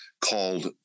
called